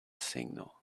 signal